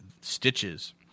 stitches